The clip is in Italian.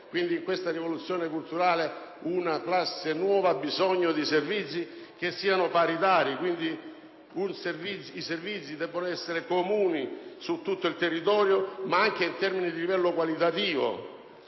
posto. In questa rivoluzione culturale, quindi, una classe nuova ha bisogno di servizi che siano paritari. Quindi, i servizi devono essere comuni su tutto il territorio anche in termini di livello qualitativo.